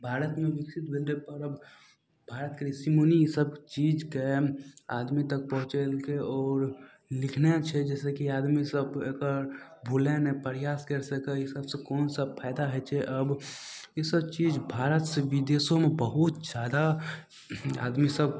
भारतमे मुख्य दु विन्दु पर भारतके ऋषि मुनि ईसब चीजके आदमी तक पहुँचेलकय आओर लिखने छै जैसँ कि आदमी सब जे एकर भुलाय ने प्रयास करि सकय ईसबसँ कोन सब फायदा होइ छै अब ईसब चीज भारतसँ विदेशोमे बहुत जादा आदमी सब